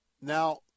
Now